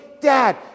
Dad